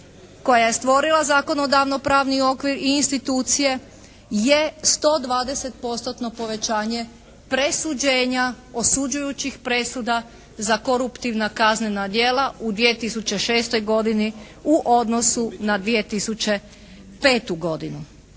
koja je stvorila zakonodavno pravni okvir i institucije? Je 120%-tno povećanje presuđenja, osuđujućih presuda za koruptivna kaznena djela u 2006. godini u odnosu na 2005. godinu.